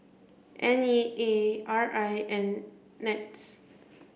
N E A R I and NETS